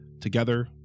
Together